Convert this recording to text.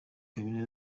habineza